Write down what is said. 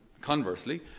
conversely